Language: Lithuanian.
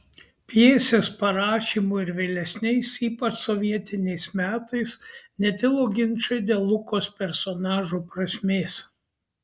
pjesės parašymo ir vėlesniais ypač sovietiniais metais netilo ginčai dėl lukos personažo prasmės